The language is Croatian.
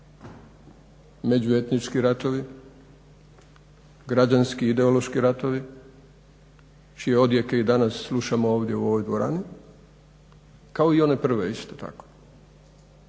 međuetnički ratovi, građanski, ideološki ratovi čije odjeke i danas slušamo ovdje u ovoj dvorani, kao i one prve isto tako,